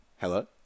Hello